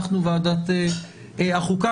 אנחנו ועדת החוקה,